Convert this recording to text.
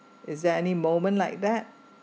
is there any moment like that